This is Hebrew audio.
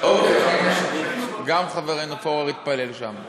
גם אני התפללתי,